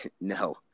No